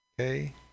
Okay